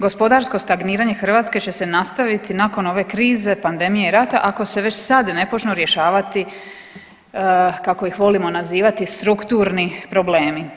Gospodarsko stagniranje Hrvatske će se nastaviti nakon ove krize, pandemije i rata ako se već sad ne počnu rješavati kako ih volimo nazivati strukturni problemi.